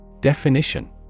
Definition